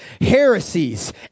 heresies